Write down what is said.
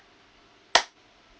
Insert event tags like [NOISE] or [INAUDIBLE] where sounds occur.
[NOISE]